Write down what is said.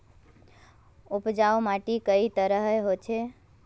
उपजाऊ माटी कई तरहेर होचए?